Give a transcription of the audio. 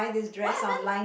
what happen